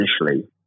initially